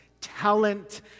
talent